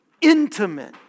intimate